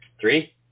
Three